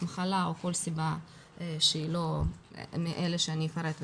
מחלה או כל סיבה שהיא לא מאלה שאפרט בהמשך.